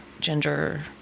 ginger